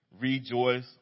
rejoice